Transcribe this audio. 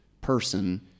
person